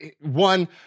one